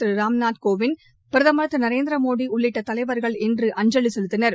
திரு ராம்நாத் கோவிந்த் பிரதமர் திரு நரேந்திரமோடி உள்ளிட்ட தலைவர்கள் இன்று அஞ்சலி செலுத்தினர்